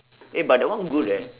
eh but that one good eh